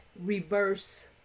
reverse